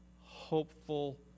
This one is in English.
hopeful